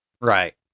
Right